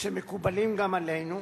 שמקובלים גם עלינו,